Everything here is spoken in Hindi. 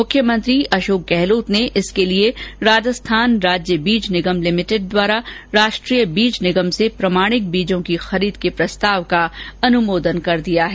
मुख्यमंत्री अशोक गहलोत ने इसके लिए राजस्थान राज्य बीज निगम लिमिटेड द्वारा राष्ट्रीय बीज निगम से प्रमाणिक बीजों की खरीद के प्रस्ताव का अनुमोदन कर दिया है